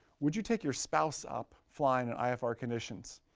would you take your spouse up flying in ifr conditions?